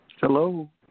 Hello